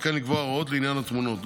וכן לקבוע הוראות לעניין התמונות: